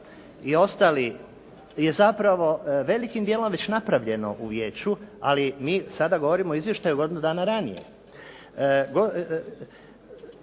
i ostali je zapravo velikim dijelom već napravljeno u Vijeću, ali mi sada govorimo o izvještaju godinu dana ranije.